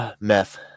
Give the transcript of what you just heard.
Meth